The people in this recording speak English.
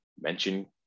mention